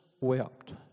wept